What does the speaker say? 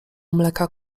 mleka